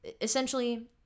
essentially